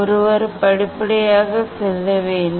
ஒருவர் படிப்படியாக செல்ல வேண்டும்